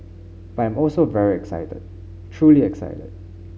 but I'm also very excited truly excited